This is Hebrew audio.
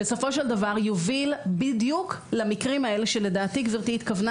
יוביל בדיוק למקרים האלה שלדעתי גברתי התכוונה